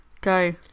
Go